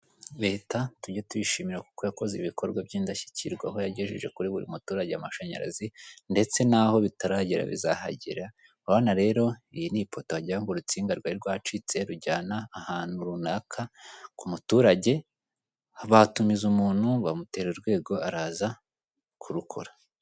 Leta tujye tuyishimira kuko yakoze ibikorwa by'indashyikirwa, aho yagejeje kuri buri muturage amashanyarazi ndetse n'aho bitaragera bizahagera, urabona rero iyi ni ipoto wagira ngo urutsinga rwari rwacitse rujyana ahantu runaka ku muturage, bahatumiza umuntu bamuterera urwego araza kurukora.